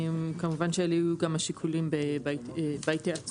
כמובן שאלו יהיו גם השיקולים בהתייעצות,